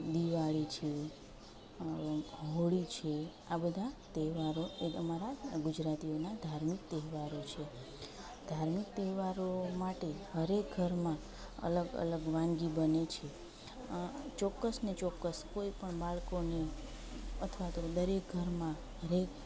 દિવાળી છે હોળી છે આ બધા તહેવારો એ અમારા ગુજરાતીઓના ધાર્મિક તહેવારો છે ધાર્મિક તહેવારો માટે હરએક ઘરમાં અલગ અલગ વાનગી બને છે ચોક્કસને ચોક્કસ કોઈ પણ બાળકોને અથવા તો દરેક ઘરમાં હરએક